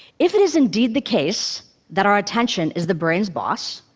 if it is indeed the case that our attention is the brain's boss,